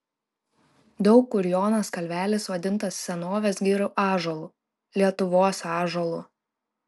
daug kur jonas kalvelis vadintas senovės girių ąžuolu lietuvos ąžuolu